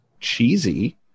cheesy